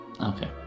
Okay